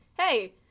hey